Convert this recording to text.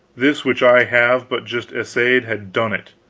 this which i have but just essayed had done it.